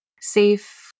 safe